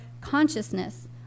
consciousness